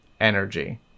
energy